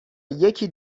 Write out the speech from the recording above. یکی